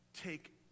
take